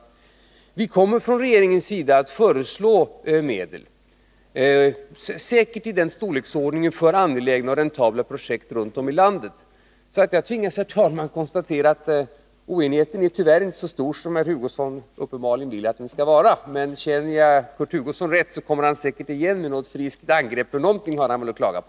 Men vi kommer från regeringens sida att föreslå medel, säkert i den storleksordningen, för angelägna och räntabla projekt runt om i landet. Jag tvingas alltså, herr talman, konstatera att oenigheten tyvärr inte är så stor som herr Hugosson uppenbarligen vill att den skall vara. Men känner jag Kurt Hugosson rätt kommer han säkert igen med något friskt angrepp, för någonting har han väl att klaga på.